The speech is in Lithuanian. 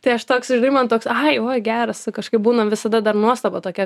tai aš toks žinai man toks ai oi geras kažkaip būna visada dar nuostaba tokia